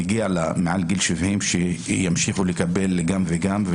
מגיע לה מעל גיל 70 שימשיכו לקבל גם וגם,